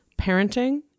Parenting